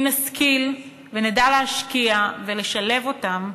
אם נשכיל ונדע להשקיע ולשלב אותם,